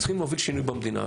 צריכים להוביל שינוי במדינה,